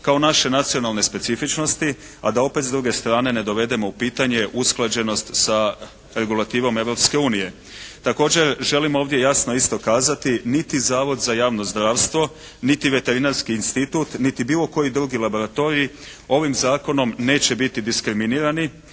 kao naše nacionalne specifičnosti, a da opet s druge strane ne dovedemo u pitanje usklađenost sa regulativom Europske unije. Također želim ovdje jasno isto kazati niti Zavod za javno zdravstvo niti Veterinarski institut niti bilo koji drugi laboratorij ovim zakonom neće biti diskriminirani,